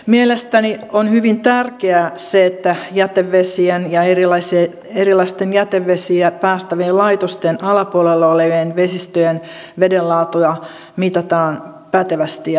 mielestäni on hyvin tärkeää se että jätevesien ja erilaisten jätevesiä päästävien laitosten alapuolella olevien vesistöjen vedenlaatua mitataan pätevästi ja luotettavasti